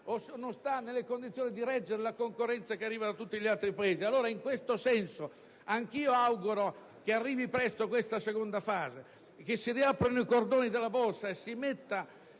o non sta nelle condizioni di reggere la concorrenza che arriva da tutti gli altri Paesi. E allora, in questo senso, anch'io auguro che arrivi presto questa seconda fase, che si riaprano i cordoni della borsa e si metta